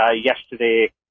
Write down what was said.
yesterday